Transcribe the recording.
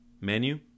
menu